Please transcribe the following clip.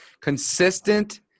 Consistent